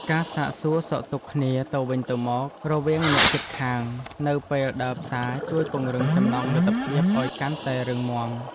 ការសាកសួរសុខទុក្ខគ្នាទៅវិញទៅមករវាងអ្នកជិតខាងនៅពេលដើរផ្សារជួយពង្រឹងចំណងមិត្តភាពឱ្យកាន់តែរឹងមាំ។